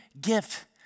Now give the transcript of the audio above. gift